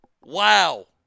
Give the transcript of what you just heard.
Wow